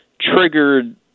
triggered